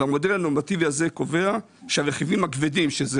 המודל הנורמטיבי הזה קובע שהרכיבים הכבדים שהם